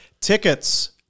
tickets